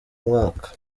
umwaka